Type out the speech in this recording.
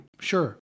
sure